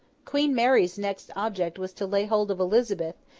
queen mary's next object was to lay hold of elizabeth,